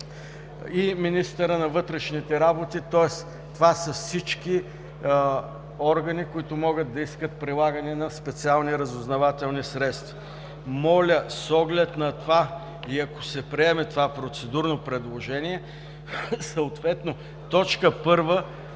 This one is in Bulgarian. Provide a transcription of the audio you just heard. и министърът на вътрешните работи, тоест това са всички органи, които могат да искат прилагане на специални разузнавателни средства. Моля, с оглед на това и ако се приеме това процедурно предложение, съответно т. 1 да